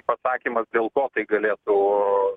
pasakymas dėl ko tai galėtų